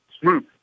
smooth